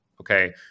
okay